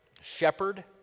shepherd